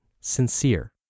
sincere